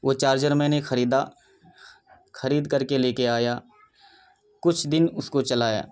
وہ چارجر میں نے خریدا خرید کر کے لے کے آیا کچھ دن اس کو چلایا